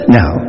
now